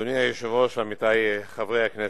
אדוני היושב-ראש, עמיתי חברי הכנסת,